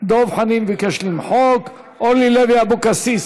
דב חנין, ביקש למחוק, אורלי לוי אבקסיס,